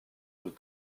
nous